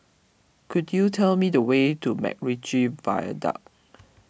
could you tell me the way to MacRitchie Viaduct